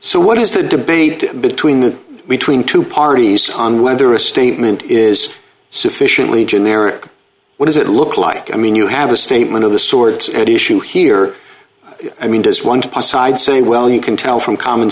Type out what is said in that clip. so what is the debate between between two parties on whether a statement is sufficiently generic what does it look like i mean you have a statement of the sort of the d issue here i mean does one passant say well you can tell from common